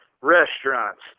restaurants